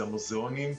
זה המוזיאונים,